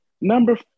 Number